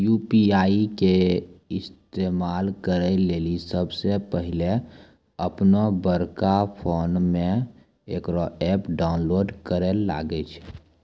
UPI के इस्तेमाल करै लेली सबसे पहिलै अपनोबड़का फोनमे इकरो ऐप डाउनलोड करैल लागै छै